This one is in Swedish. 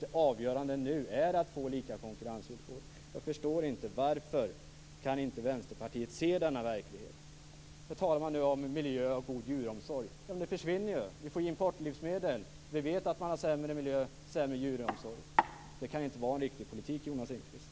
Det avgörande nu är att få lika konkurrensvillkor. Jag förstår inte varför Vänsterpartiet inte kan se denna verklighet. Man talar om miljö och god djuromsorg, men det försvinner ju nu. Vi kommer att få importera livsmedel utifrån där miljön och djuromsorgen är sämre. Det kan inte vara en riktig politik, Jonas Ringqvist.